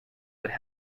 would